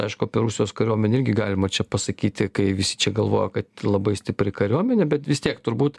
aišku apie rusijos kariuomenę irgi galima čia pasakyti kai visi čia galvojo kad labai stipri kariuomenė bet vis tiek turbūt